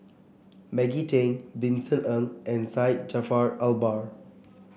Maggie Teng Vincent Ng and Syed Jaafar Albar